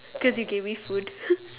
cause you gave me food